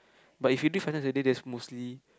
but if you did five times a day that's mostly